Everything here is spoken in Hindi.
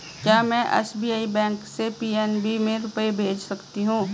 क्या में एस.बी.आई बैंक से पी.एन.बी में रुपये भेज सकती हूँ?